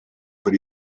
per